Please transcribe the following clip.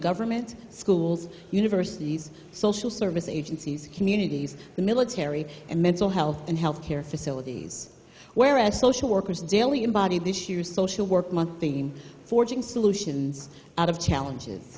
government schools universities social service agencies communities the military and mental health and health care facilities where as social workers daily embody this year's social work month thinking forging solutions out of challenges